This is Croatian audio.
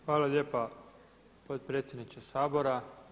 Hvala lijepa potpredsjedniče Sabora.